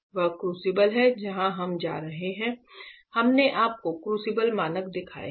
वह क्रूसिबल है जहां हम जा रहे हैं हमने आपको क्रूसिबल मानक दिखाए हैं